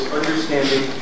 understanding